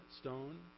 stone